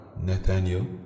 Nathaniel